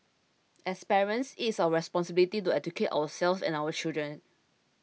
as parents it is our responsibility to educate ourselves and our children